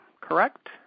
correct